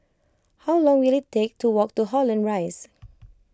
how long will it take to walk to Holland Rise